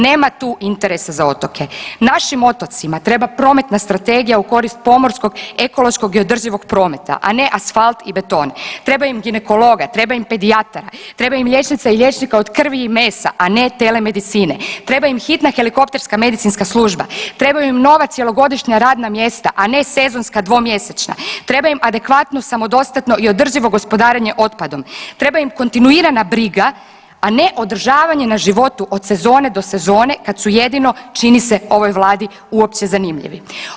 Nema tu interesa za otoke, našim otocima treba prometna strategija u korist pomorskog, ekološkog i održivog prometa, a ne asfalt i beton, treba im ginekologa, treba im pedijatara, treba im liječnica i liječnika od krvi i mesa, a ne telemedicine, treba im hitna helikopterska medicinska služba, trebaju im nova cjelogodišnja radna mjesta, a ne sezonska dvomjesečna, treba im adekvatno, samodostatno i održivo gospodarenje otpadom, treba im kontinuirana briga, a ne održavanje na životu od sezone do sezone kad su jedino čini se ovoj vladi uopće zanimljivi.